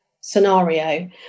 scenario